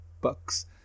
bucks